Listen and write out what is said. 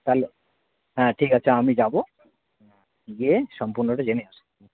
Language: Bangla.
তাহলে হ্যাঁ ঠিক আছে আমি যাব গিয়ে সম্পূর্ণটা জেনে আসবো